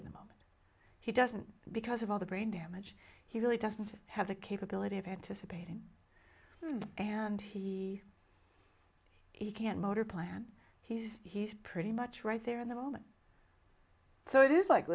in the moment he doesn't because of all the brain damage he really doesn't have the capability of anticipating and he he can motor plant he's he's pretty much right there in the moment so it is like